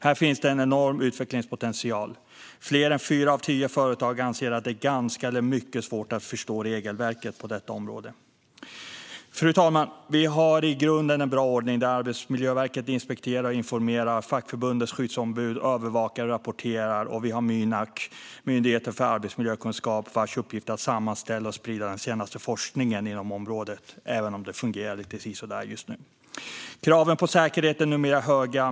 Här finns det en enorm utvecklingspotential. Fler än fyra av tio företag anser att det är ganska eller mycket svårt att förstå regelverket på detta område. Fru talman! Vi har i grunden en bra ordning, där Arbetsmiljöverket inspekterar och informerar och fackförbundens skyddsombud övervakar och rapporterar. Vi har också Mynak, Myndigheten för arbetsmiljökunskap, vars uppgift är att sammanställa och sprida den senaste forskningen inom området, även om det fungerar lite sisådär just nu. Kraven på säkerhet är numera höga.